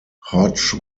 hodge